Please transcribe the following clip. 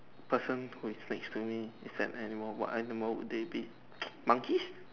person who is next to me is an animal what animal would they be monkey